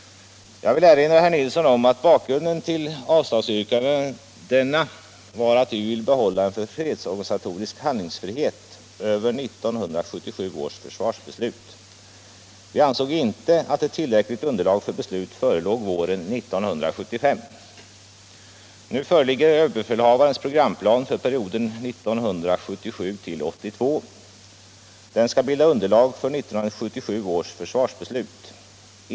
Jag vill erinra herr Nilsson om att bakgrunden till avslagsyrkandena var att vi ville behålla en fredsorganisatorisk handlingsfrihet över 1977 års försvarsbeslut. Vi ansåg inte att ett tillräckligt underlag för beslut förelåg våren 1975. Nu föreligger överbefälhavarens programplan för perioden 1977-1982. Den skall bilda underlag för 1977 års försvarsbeslut.